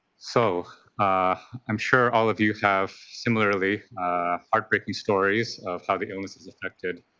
so ah am sure all of you have similarly heartbreaking stories of how the illness has affected